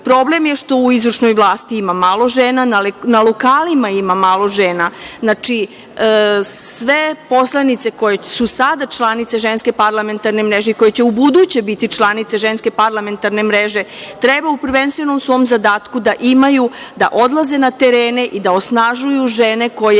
uspeti. Problem je što u izvršnoj vlasti ima malo žena, na lokalima ima malo žena. Znači, sve poslanice koje su sada članice Ženske parlamentarne mreže i koje će ubuduće biti članice Ženske parlamentarne mreže, treba, prvenstveno, u svom zadatku da imaju da odlaze na terene i da osnažuju žene koje